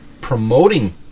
promoting